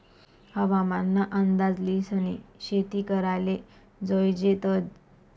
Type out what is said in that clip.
हवामान ना अंदाज ल्हिसनी शेती कराले जोयजे तदय